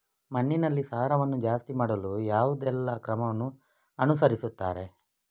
ಮಣ್ಣಿನಲ್ಲಿ ಸಾರವನ್ನು ಜಾಸ್ತಿ ಮಾಡಲು ಯಾವುದೆಲ್ಲ ಕ್ರಮವನ್ನು ಅನುಸರಿಸುತ್ತಾರೆ